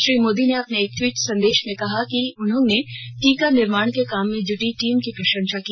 श्री मोदी ने अपने एक ट्वीट संदेश में कहा कि उन्होंने टीका निर्माण के काम में जुटी टीम की प्रशंसा की